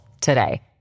today